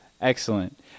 Excellent